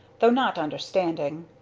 though not understanding.